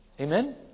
Amen